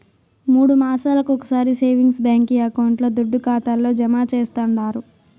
మూడు మాసాలొకొకసారి సేవింగ్స్ బాంకీ అకౌంట్ల దుడ్డు ఖాతాల్లో జమా చేస్తండారు